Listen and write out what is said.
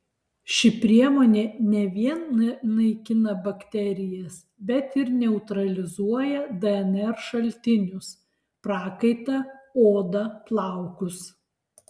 ši priemonė ne vien naikina bakterijas bet ir neutralizuoja dnr šaltinius prakaitą odą plaukus